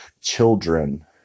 children